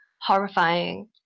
horrifying